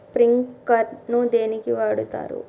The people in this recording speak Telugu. స్ప్రింక్లర్ ను దేనికి వాడుతరు?